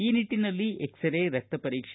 ಈ ನಿಟ್ಟನಲ್ಲಿ ಎಕ್ಸರೇ ರಕ್ತಪರೀಕ್ಷೆ